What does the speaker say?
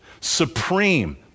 supreme